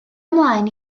ymlaen